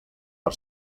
per